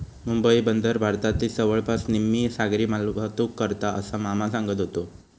मुंबई बंदर भारतातली जवळपास निम्मी सागरी मालवाहतूक करता, असा मामा सांगत व्हतो